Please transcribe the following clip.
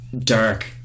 dark